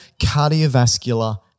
cardiovascular